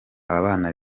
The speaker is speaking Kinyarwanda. ababana